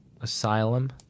Asylum